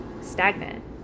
stagnant